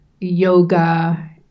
yoga